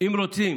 אם רוצים